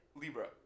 Libra